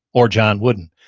or john wooden,